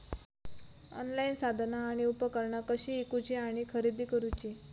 Online साधना आणि उपकरणा कशी ईकूची आणि खरेदी करुची?